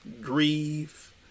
grieve